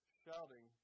shouting